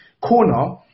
corner